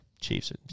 Chiefs